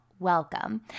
welcome